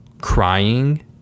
crying